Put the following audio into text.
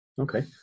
Okay